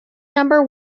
number